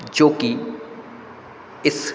जोकि इस